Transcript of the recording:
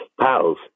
pals